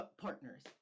partners